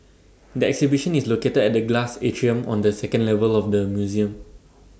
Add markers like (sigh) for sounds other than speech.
(noise) the exhibition is located at the glass atrium on the second level of the museum